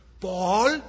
Paul